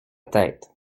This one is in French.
tête